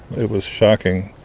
it was shocking